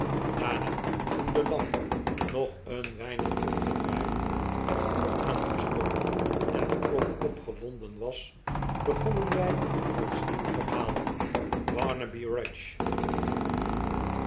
daarna toen de lamp nog een weinigopgedraaid het vuur aangestookt en de wok opgewonden was begonnen w ons nieuw verhaal